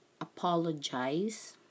apologize